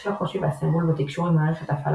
בשל הקושי והסרבול בתקשור עם מערכת ההפעלה